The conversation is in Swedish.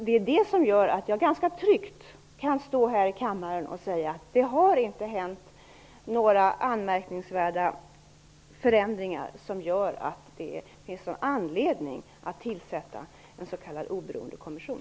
Det är det som gör att jag ganska tryggt kan stå här i kammaren och säga att det inte har varit några anmärkningsvärda förändringar som gör att det finns någon anledning att tillsätta en s.k. oberoende kommission.